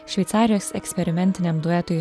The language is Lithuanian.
šveicarijos eksperimentiniam duetui